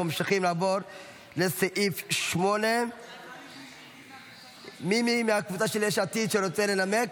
אנחנו עוברים לסעיף 8. מי מקבוצת יש עתיד רוצה לנמק?